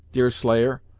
deerslayer,